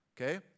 okay